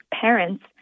parents